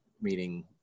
meaning